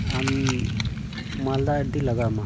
ᱟᱢ ᱢᱟᱞᱫᱟ ᱤᱫᱤ ᱞᱟᱜᱟᱣ ᱟᱢᱟ